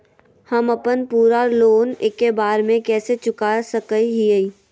हम अपन पूरा लोन एके बार में कैसे चुका सकई हियई?